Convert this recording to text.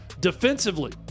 Defensively